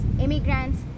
immigrants